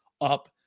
up